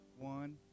One